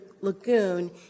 lagoon